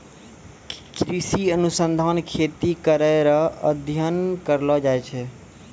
कृषि अनुसंधान खेती करै रो अध्ययन करलो जाय छै